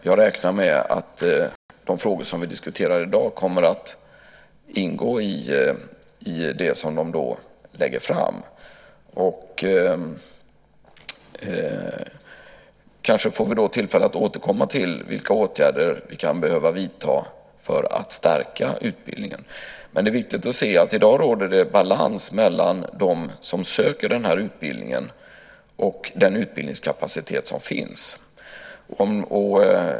Jag räknar med att de frågor som vi diskuterar i dag kommer att ingå i det som de lägger fram. Då får vi kanske tillfälle att återkomma till vilka åtgärder vi kan behöva vidta för att stärka utbildningen. Det är viktigt att se att det i dag råder balans mellan dem som söker den här utbildningen och den utbildningskapacitet som finns.